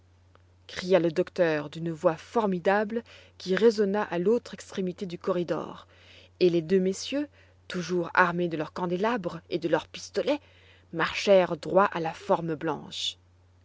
cria le docteur d'une voix formidable qui résonna à l'autre extrémité du corridor et les deux messieurs toujours armés de leurs candélabres et de leurs pistolets marchèrent droit à la forme blanche